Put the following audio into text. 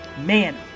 Man